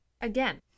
Again